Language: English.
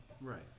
right